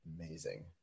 Amazing